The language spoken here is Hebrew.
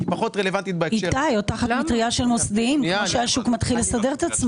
מה קורה כשמפזרים את זה בכל מיני ועדות.